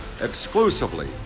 exclusively